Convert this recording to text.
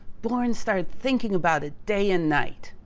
born started thinking about it day and night.